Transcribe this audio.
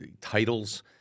titles